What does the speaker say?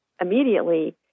immediately